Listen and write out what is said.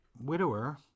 widower